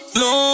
no